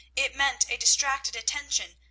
it meant a distracted attention,